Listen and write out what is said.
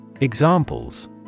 Examples